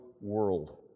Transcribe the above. world